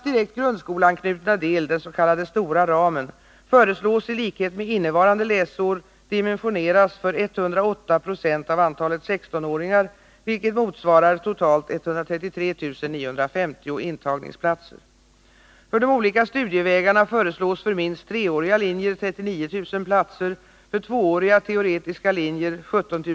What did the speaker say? Det ankommer på skolöverstyrelsen att besluta om antalet intagningsklasser i gymnasieskolan.